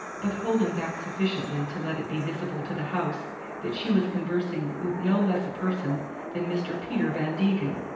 but holding back sufficiently to let it be visible to the house that she was conversing with no less a person than mr. peter van degen.